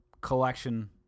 collection